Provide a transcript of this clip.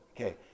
Okay